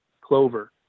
clover